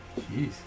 Jeez